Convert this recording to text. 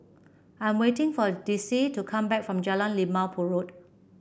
I'm waiting for Dicie to come back from Jalan Limau Purut